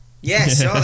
Yes